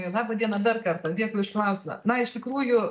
laba diena dar kartą dėkui už klausimą na iš tikrųjų